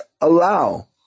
allow